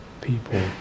people